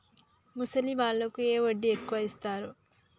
ముసలి వాళ్ళకు ఏ వడ్డీ ఎక్కువ ఇస్తారు?